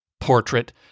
portrait